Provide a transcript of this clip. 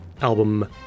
album